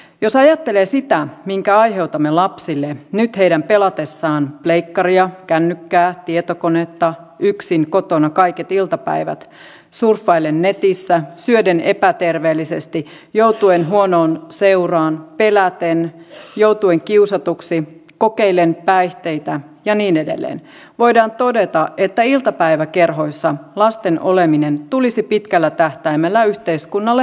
jos ajattelee sitä minkä aiheutamme lapsille nyt heidän pelatessaan pleikkaria kännykkää tai tietokonetta yksin kotona kaiket iltapäivät surffaillen netissä syöden epäterveellisesti joutuen huonoon seuraan peläten joutuen kiusatuksi kokeillen päihteitä ja niin edelleen voidaan todeta että iltapäiväkerhoissa lasten oleminen tulisi pitkällä tähtäimellä yhteiskunnalle halvemmaksi